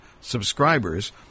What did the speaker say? subscribers